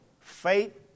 faith